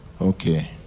Okay